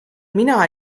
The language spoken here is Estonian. mina